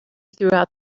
throughout